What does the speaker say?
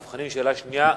דב חנין, שאלה שנייה.